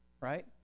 right